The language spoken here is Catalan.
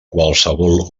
qualsevol